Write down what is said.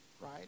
right